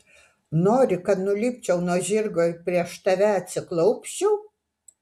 nori kad nulipčiau nuo žirgo ir prieš tave atsiklaupčiau